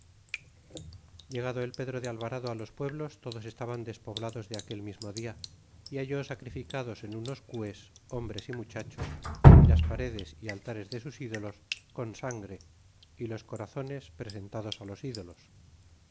llegado el pedro de alvarado fi los pueblos todos estaban despoblados de aquel mismo dia y halló sacrificados en unos cues hombres y muchachos y las paredes y altares de sus ídolos con sangre y los corazones presentados á los ídolos